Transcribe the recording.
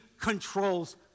controls